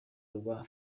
rwa